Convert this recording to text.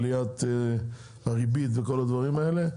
עליית הריבית וכול הדברים האלה.